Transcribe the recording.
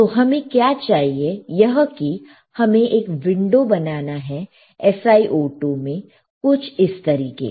तो हमें क्या चाहिए यह कि हमें एक विंडो बनाना है SiO2 में कुछ इस तरीके का